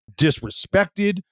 disrespected